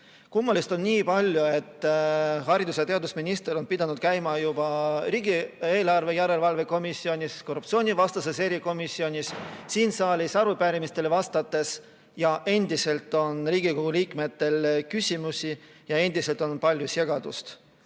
Kummalist on nii palju, et haridus‑ ja teadusminister on pidanud käima juba riigieelarve kontrolli erikomisjonis, korruptsioonivastases erikomisjonis, siin saalis arupärimistele vastamas, aga endiselt on Riigikogu liikmetel küsimusi ja endiselt on palju segadust. Üks